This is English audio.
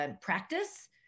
practice